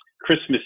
Christmas